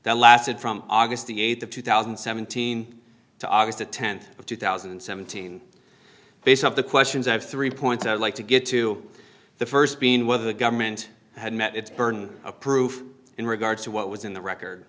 that lasted from august the th of two thousand and seventeen to august the th of two thousand and seventeen base of the questions i have three points i'd like to get to the st being whether the government had met its burden of proof in regards to what was in the record